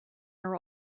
are